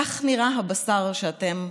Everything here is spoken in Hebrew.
כך נראה הבשר שאתם אוכלים.